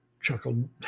Chuckled